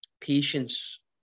patience